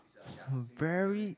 very